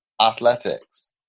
Athletics